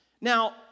Now